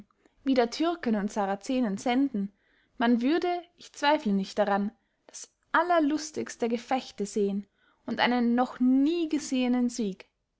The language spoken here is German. wider türken und saracenen senden man würde ich zweifle nicht daran das allerlustigste gefechte sehen und einen noch nie gesehenen sieg